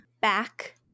back